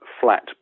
flat